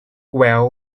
well